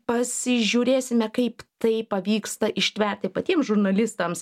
pasižiūrėsime kaip tai pavyksta ištverti patiem žurnalistams